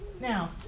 now